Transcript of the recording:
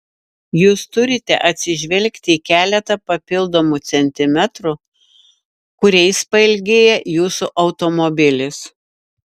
jūs turite atsižvelgti į keletą papildomų centimetrų kuriais pailgėja jūsų automobilis